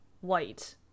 white